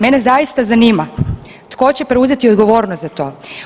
Mene zaista zanima tko će preuzeti odgovornost za to.